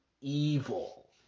evil